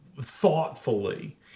thoughtfully